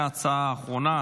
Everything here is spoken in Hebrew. ההצעה האחרונה,